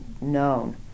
known